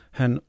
han